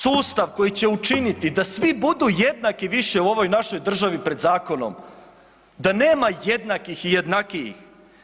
Sustav koji će učiniti da svi budu jednaki više u ovoj našoj državi pred zakonom, da nema jednakih i jednakijih.